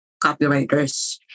copywriters